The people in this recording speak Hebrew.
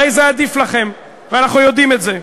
הרי זה עדיף לכם, ואנחנו יודעים את זה.